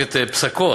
את פסקו.